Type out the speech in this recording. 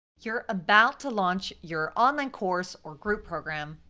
you're about to launch your online course or group program,